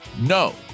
No